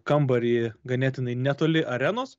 kambarį ganėtinai netoli arenos